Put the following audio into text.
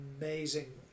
amazing